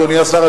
אדוני השר,